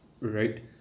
Right